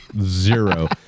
Zero